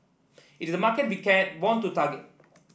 it is market became want to target